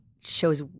shows –